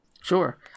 Sure